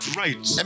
right